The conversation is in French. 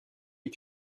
est